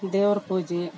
ದೇವ್ರ ಪೂಜೆ